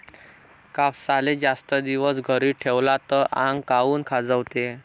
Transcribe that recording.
कापसाले जास्त दिवस घरी ठेवला त आंग काऊन खाजवते?